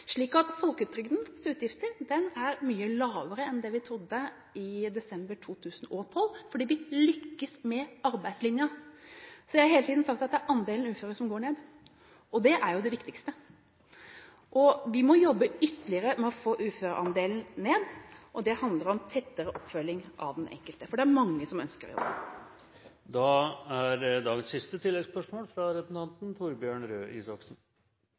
Folketrygdens utgifter er mye lavere enn det vi trodde i desember 2012 fordi vi lykkes med arbeidslinjen. Jeg har hele tiden sagt at det er andelen uføre som går ned, og det er jo det viktigste. Vi må jobbe ytterligere for å få uføreandelen ned. Det handler om tettere oppfølging av den enkelte, for det er mange som ønsker det. Torbjørn Røe Isaksen – til siste